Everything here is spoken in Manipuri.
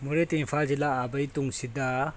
ꯃꯣꯔꯦ ꯇꯨ ꯏꯝꯐꯥꯜꯁꯦ ꯂꯥꯛꯑꯕꯒꯤ ꯇꯨꯡꯁꯤꯗ